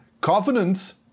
covenants